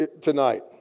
tonight